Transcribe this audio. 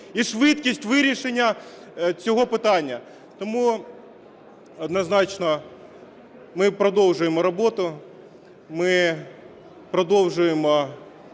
і швидкість вирішення цього питання. Тому, однозначно, ми продовжуємо роботу, ми продовжуємо